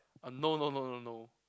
oh no no no no no